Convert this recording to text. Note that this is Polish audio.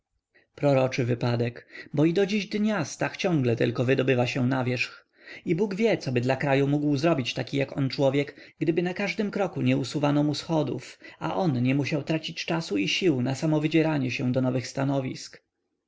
proroczy wypadek bo i do dziś dnia stach ciągle tylko wydobywa się na wierzch i bóg wie coby dla kraju mógł zrobić taki jak on człowiek gdyby na każdym kroku nie usuwano mu schodów a on nie musiał tracić czasu i sił na samo wydzieranie się do nowych stanowisk